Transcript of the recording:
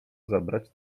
zabrać